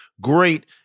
great